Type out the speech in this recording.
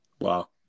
Wow